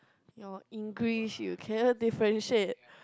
your English you cannot differentiate